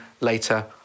later